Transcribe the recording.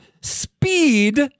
speed